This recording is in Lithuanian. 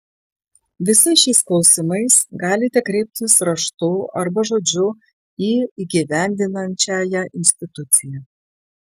visais šiais klausimais galite kreiptis raštu arba žodžiu į įgyvendinančiąją instituciją